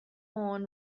horn